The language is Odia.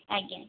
ଆଜ୍ଞା